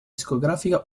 discografica